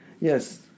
yes